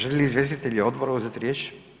Žele li izvjestitelji odbora uzeti riječ?